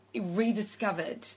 rediscovered